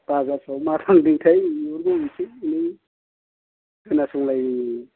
बाजारफोराव मा थांदोंथाय बेफोरखौ एसे एनै खोनासंनायनि